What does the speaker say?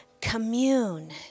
commune